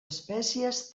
espècies